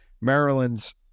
Maryland's